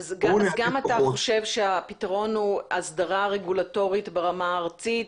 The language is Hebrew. --- אז גם אתה חושב שהפתרון הוא הסדרה רגולטורית ברמה הארצית?